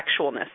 sexualness